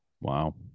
Wow